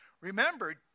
Remember